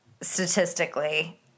Statistically